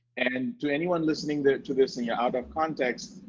and to anyone listening to this and you're out of context,